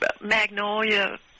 magnolia